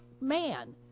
man